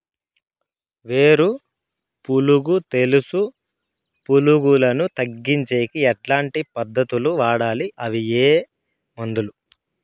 వేరు పులుగు తెలుసు పులుగులను తగ్గించేకి ఎట్లాంటి పద్ధతులు వాడాలి? అవి ఏ మందులు?